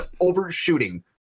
overshooting